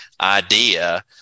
idea